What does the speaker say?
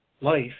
life